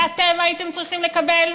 שאתם הייתם צריכים לקבל?